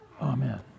Amen